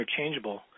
interchangeable